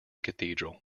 cathedral